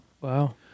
Wow